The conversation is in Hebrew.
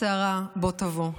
הסערה בוא תבוא,